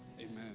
amen